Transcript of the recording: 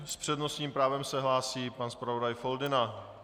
S přednostním právem se hlásí pan zpravodaj Foldyna.